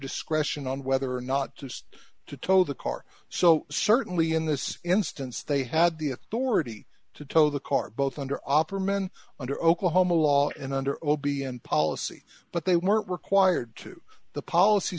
discretion on whether or not just to tow the car so certainly in this instance they had the authority to tow the car both under opperman under oklahoma law and under o b and policy but they weren't required to the policy